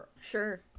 Sure